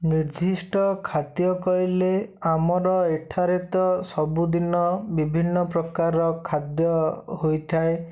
ନିର୍ଦ୍ଧିଷ୍ଟ ଖାଦ୍ୟ କହିଲେ ଆମର ଏଠାରେ ତ ସବୁଦିନ ବିଭିନ୍ନ ପ୍ରକାରର ଖାଦ୍ୟ ହୋଇଥାଏ